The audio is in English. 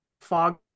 fog